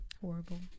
Horrible